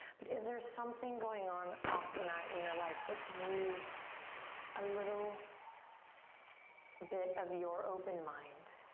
but is there something going on off the mat in your life that could use a little bit of your open mind?